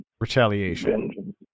Retaliation